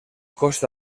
costa